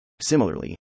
Similarly